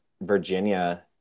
Virginia